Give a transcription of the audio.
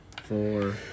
four